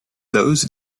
those